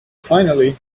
finally